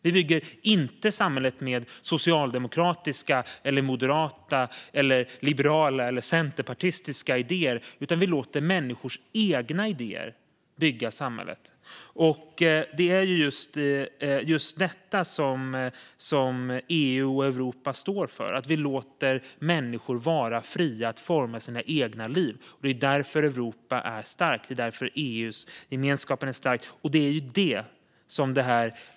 Vi bygger inte samhället med socialdemokratiska, moderata, liberala eller centerpartistiska idéer, utan vi låter människors egna idéer bygga samhället. Det är just detta som EU och Europa står för: att vi låter människor vara fria att forma sina egna liv. Det är därför Europa är starkt. Det är därför EU-gemenskapen är stark.